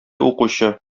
укучы